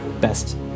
best